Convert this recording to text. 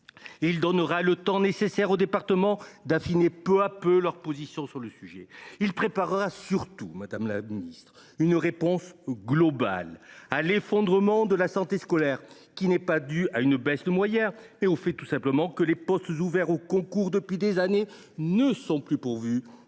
départements le temps nécessaire pour affiner peu à peu leur position sur le sujet. Surtout, il préparera, madame la ministre, une réponse globale à l’effondrement de la santé scolaire, qui n’est pas dû à une baisse de moyens, mais au simple fait que les postes ouverts au concours depuis des années ne sont plus pourvus,